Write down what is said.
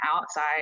outside